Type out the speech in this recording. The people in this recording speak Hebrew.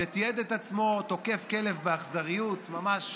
שתיעד את עצמו תוקף כלב באכזריות, ממש